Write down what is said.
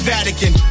Vatican